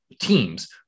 teams